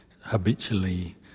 habitually